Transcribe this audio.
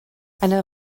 eine